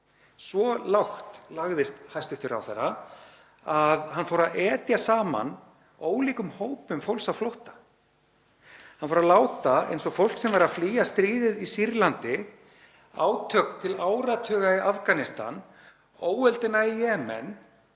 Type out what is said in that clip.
Svo lágt lagðist hæstv. ráðherra að hann fór að etja saman ólíkum hópum fólks á flótta. Hann fór að láta eins og fólk sem er að flýja stríðið í Sýrlandi, átök til áratuga í Afganistan, óöldina í Jemen,